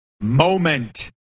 moment